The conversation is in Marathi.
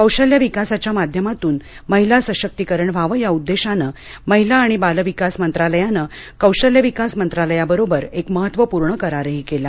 कौशल्य विकासाच्या माध्यमातून महिला सशकीकरण व्हावं या उद्देशानं महिला आणि बाल विकास मंत्रालयानं कौशल्य विकास मंत्रालयाबरोबर एक महत्त्वपूर्ण करारही केला